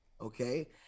Okay